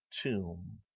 tomb